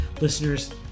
Listeners